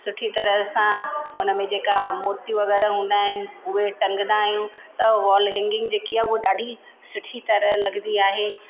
सुठी तरह सां हुन में जेका मोतियूं वग़ैरह हूंदा आहिनि उहे टंगदा आहियूं त वॉल हैंगिंग जेकी आहे हा ॾाढी सुठी तरह लॻंदी आहे और